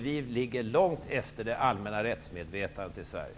Vi ligger långt efter det allmänna rättsmedvetandet i Sverige.